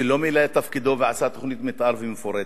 שלא מילא את תפקידו ולא עשה תוכנית מיתאר מפורטת,